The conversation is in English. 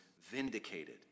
vindicated